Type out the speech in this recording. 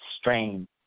strain